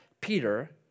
Peter